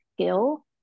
skill